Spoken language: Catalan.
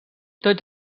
tots